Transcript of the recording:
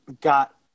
got